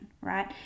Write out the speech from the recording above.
right